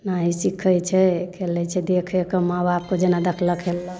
एनाही सिखै छै खेलै छै देखे कऽ माँ बापके जेना देखलक हेललक